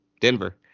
Denver